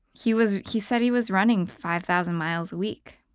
he was he said he was running five thousand miles a week.